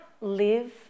live